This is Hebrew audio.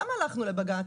למה הלכנו לבג"ץ?